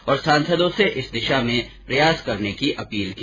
और सांसदों से इस दिशा में प्रयास करने की अपील की